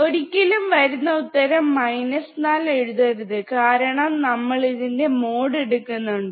ഒരിക്കലും വരുന്ന ഉത്തരം 4 എഴുതരുത് കാരണം നമ്മൾ ഇതിന്റെ മോഡ് എടുക്കുന്നുണ്ട്